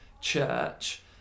church